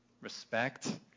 respect